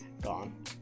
gone